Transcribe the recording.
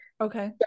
okay